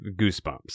Goosebumps